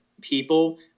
people